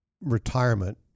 retirement